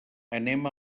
anem